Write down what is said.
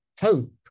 hope